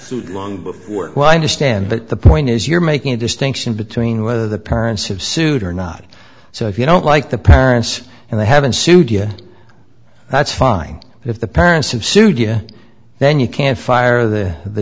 sued long before while i understand but the point is you're making a distinction between whether the parents have sued or not so if you don't like the parents and they haven't sued you that's fine if the parents have sued you then you can't fire the the